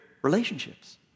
relationships